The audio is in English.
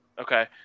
Okay